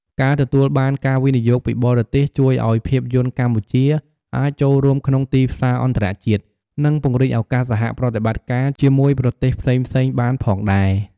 ការទទួលបានការវិនិយោគពីបរទេស ជួយឱ្យភាពយន្តកម្ពុជាអាចចូលរួមក្នុងទីផ្សារអន្តរជាតិ និងពង្រីកឱកាសសហប្រតិបត្តិការជាមួយប្រទេសផ្សេងៗបានផងដែរ។